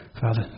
Father